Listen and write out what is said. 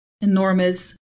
Enormous